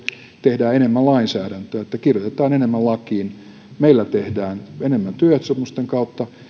tehdään enemmän lainsäädäntöä eli kirjoitetaan enemmän lakiin meillä tehdään enemmän työehtosopimusten kautta ja